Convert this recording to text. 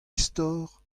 istor